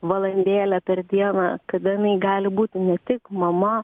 valandėlę per dieną kada jinai gali būti ne tik mama